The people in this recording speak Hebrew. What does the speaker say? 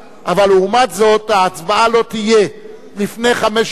אבל לעומת זאת, ההצבעה לא תהיה לפני תום חמש שעות,